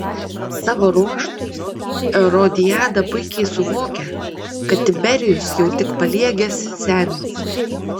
savo ruožtu erodiada puikiai suvokia kad tiberijus jau tik paliegęs senis